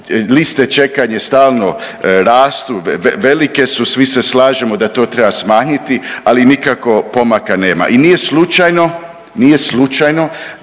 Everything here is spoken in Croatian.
liste čekanja stalno rastu, velike su. Svi se slažemo da to treba smanjiti, ali nikako pomaka nema. I nije slučajno, nije slučajno